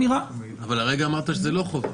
אבל הרגע אמרת שזה לא חובה.